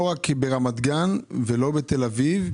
לא ברמת גן ולא בתל אביב.